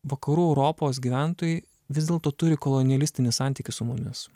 vakarų europos gyventojai vis dėlto turi kolonialistinį santykį su mumis